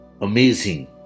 amazing